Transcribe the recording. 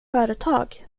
företag